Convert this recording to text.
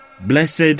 Blessed